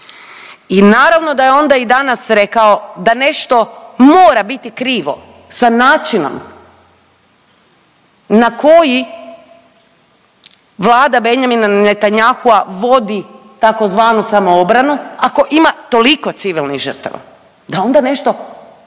i naravno da je onda i danas rekao da nešto mora biti krivo sa načinom na koji vlada Benjamina Netanjahua vodi tzv. samoobranu ako ima toliko civilnih žrtava, da onda nešto